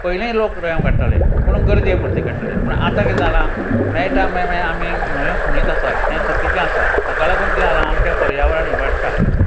पयलींय लोक रेंव काडटाले पूण गरजे पुरते काडटाले पूण आतां कितें जालां मेयटा मागीर आमी न्हंयो खणीत आसात हें चुकीचें आसा हाका लागून कितें जालां आमच्या पर्यावरण इबाडटा